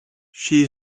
she